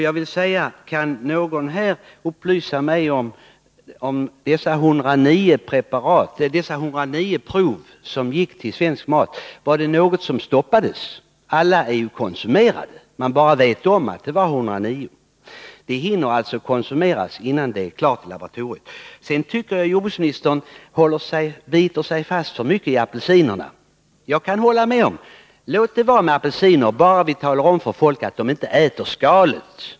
Kan någon här upplysa mig om huruvida något av dessa 109 prov på livsmedel stoppades? Alla är ju konsumerade, man bara vet om att det var 109. De hinner alltså konsumeras innan laboratorietesterna är klara. Jordbruksministern biter sig för mycket fast vid apelsinerna. Jag kan hålla med om att vi kan låta frågan om apelsinerna bero, bara vi talar om för folk att man inte skall äta skalet.